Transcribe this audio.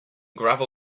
gravel